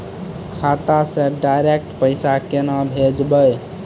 खाता से डायरेक्ट पैसा केना भेजबै?